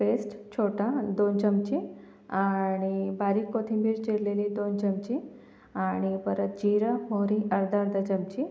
paste छोटा दोन चमचे आणि बारीक कोथिंबीर चिरलेली दोन चमचे आणि परत जिरं मोहरी अर्धा अर्धा चमचे